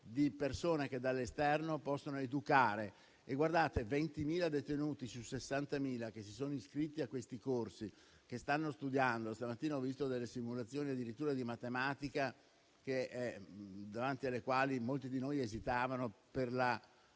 di persone che dall'esterno possono educare. Ci sono 20.000 detenuti su 60.000 che si sono iscritti a questi corsi e che stanno studiando. Stamattina ho visto addirittura delle simulazioni di matematica, davanti alle quali molti di noi esitavano, per